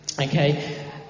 Okay